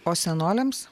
o senoliams